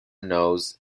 knows